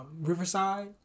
Riverside